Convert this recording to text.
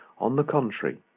on the contrary,